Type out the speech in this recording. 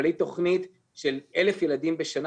אבל היא תוכנית ש-1,000 ילדים בשנה,